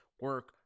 Work